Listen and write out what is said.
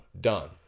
done